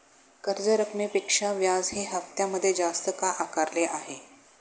कर्ज रकमेपेक्षा व्याज हे हप्त्यामध्ये जास्त का आकारले आहे?